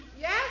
Yes